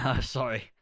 sorry